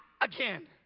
again